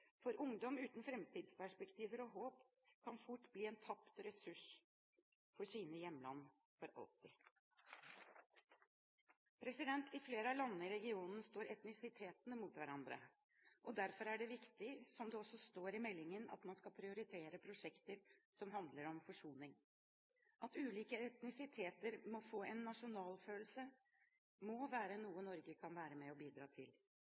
for ungdom uten framtidsperspektiver og håp kan fort bli en tapt ressurs for sine hjemland for alltid. I flere av landene i regionen står etnisitetene mot hverandre, og derfor er det viktig, som det også står i meldingen, at man skal prioritere prosjekter som handler om forsoning. At ulike etnisiteter må få en nasjonalfølelse, må være noe Norge kan være med og bidra til.